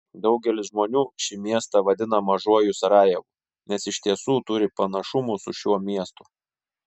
daugelis žmonių šį miestą vadina mažuoju sarajevu nes iš tiesų turi panašumų su šiuo miestu